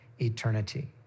eternity